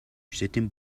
sitting